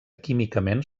químicament